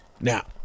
Now